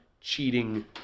cheating